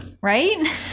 Right